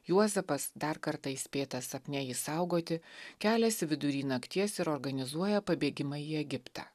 juozapas dar kartą įspėtas sapne jį saugoti keliasi vidury nakties ir organizuoja pabėgimą į egiptą